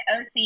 OC